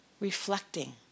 reflecting